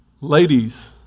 ladies